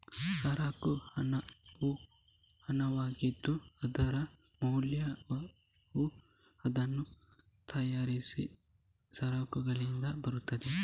ಸರಕು ಹಣವು ಹಣವಾಗಿದ್ದು, ಅದರ ಮೌಲ್ಯವು ಅದನ್ನು ತಯಾರಿಸಿದ ಸರಕುಗಳಿಂದ ಬರುತ್ತದೆ